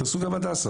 תעשו גם הדסה,